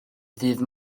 ddydd